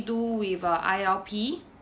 do with uh I_L_P